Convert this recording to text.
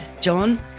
John